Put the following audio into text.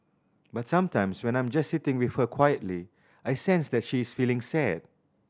but sometimes when I'm just sitting with her quietly I sense that she is feeling sad